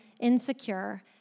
insecure